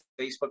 Facebook